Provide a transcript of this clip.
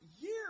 year